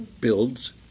builds